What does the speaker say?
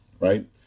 right